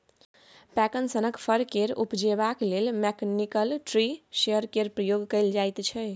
पैकन सनक फर केँ उपजेबाक लेल मैकनिकल ट्री शेकर केर प्रयोग कएल जाइत छै